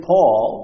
Paul